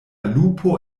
lupo